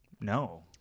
No